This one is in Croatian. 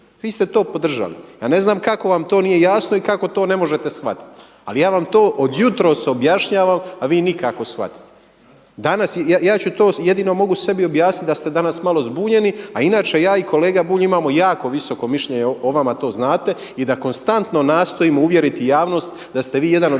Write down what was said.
Vi ste to podržali. Ja ne znam kako vam to nije jasno i kako to ne možete shvatiti. Ali ja vam to od jutros objašnjavam, a vi nikako shvatiti. Danas, jedino mogu sebi objasniti da ste danas malo zbunjeni, a inače ja i kolega Bulj imamo jako visoko mišljenje o vama to znate i da konstantno nastojimo uvjeriti javnost da ste vi jedan od